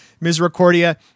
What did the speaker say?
Misericordia